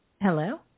Hello